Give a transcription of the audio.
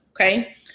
Okay